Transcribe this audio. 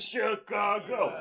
Chicago